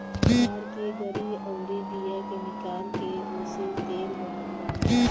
ताड़ की गरी अउरी बिया के निकाल के ओसे तेल बनत बाटे